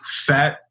fat